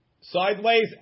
sideways